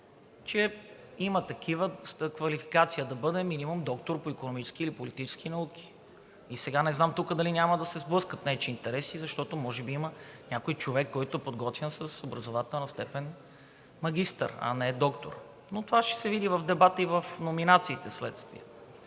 че има такива да бъдат с квалификация минимум доктор по икономически или политически науки. И сега не знам тук дали няма да се сблъскат нечии интереси, защото може би има някой човек, който е подготвян с образователна степен магистър, а не доктор, но това ще се види вследствие на дебата и в номинациите. Колеги,